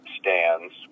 stands